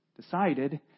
decided